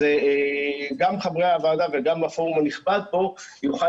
אז גם חברי הוועדה וגם הפורום הנכבד פה יוכל